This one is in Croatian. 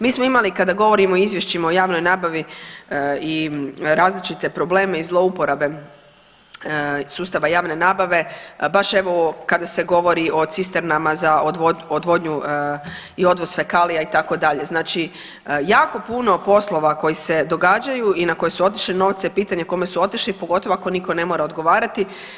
Mi smo imali kada govorimo o izvješćima o javnoj nabavi i različite probleme i zlouporabe sustava javne nabave, baš evo kada se govori o cisternama za odvodnju i odvoz fekalija itd., znači jako puno poslova koji se događaju i na koji su otišli novci je pitanje kome su otišli, pogotovo ako nitko ne mora odgovarati.